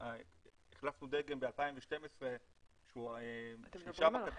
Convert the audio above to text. החלפנו דגם ב-2012 ששם כתוב